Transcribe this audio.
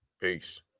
Peace